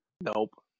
Nope